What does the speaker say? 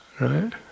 Right